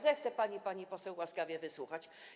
Zechce pani, pani poseł, łaskawie wysłuchać.